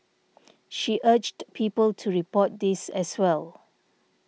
she urged people to report these as well